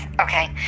okay